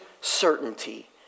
certainty